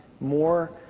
more